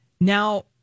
Now